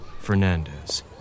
Fernandez